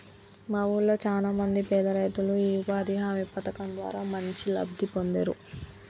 మా వూళ్ళో చానా మంది పేదరైతులు యీ ఉపాధి హామీ పథకం ద్వారా మంచి లబ్ధి పొందేరు